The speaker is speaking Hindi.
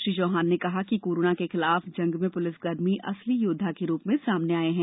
श्री चौहान ने कहा कि कोरोना के खिलाफ जंग में पुलिसकर्मी असली योद्वा के रूप में सामने आये हैं